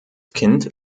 kind